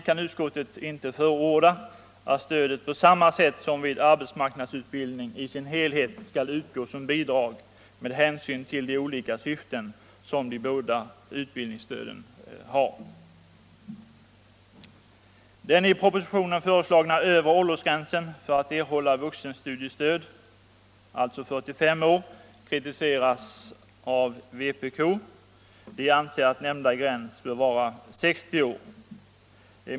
Men utskottet kan inte förorda att stödet på samma sätt som vid arbetsmarknadsutbildning i sin helhet utgår som bidrag med hänsyn till de olika syften som de båda utbildningsstöden har. Den i propositionen föreslagna övre åldersgränsen för att erhålla vuxenstudiestöd, alltså 45 år, kritiseras av vpk, som anser att nämnda gräns bör vara 60 år.